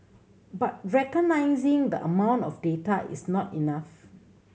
but recognising the amount of data is not enough